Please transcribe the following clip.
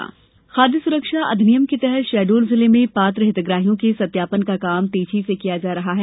खाद्य सुरक्षा खाद्य सुरक्षा अधिनियम के तहत शहडोल जिले में पात्र हितग्रहियों के सत्यापन का काम तेजी से किया जा रहा है